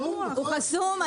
הוא חסום?